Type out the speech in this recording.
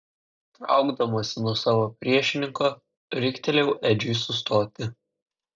traukdamasi nuo savo priešininko riktelėjau edžiui sustoti